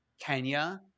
Kenya